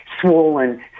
swollen